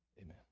amen